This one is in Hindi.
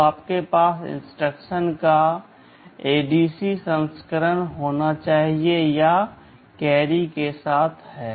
तो आपके पास इंस्ट्रक्शन का ADC संस्करण होना चाहिए यह कैरी के साथ है